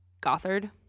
Gothard